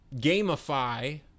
gamify